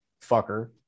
fucker